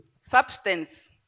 Substance